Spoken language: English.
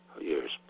Years